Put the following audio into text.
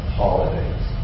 holidays